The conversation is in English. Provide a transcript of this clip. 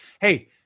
hey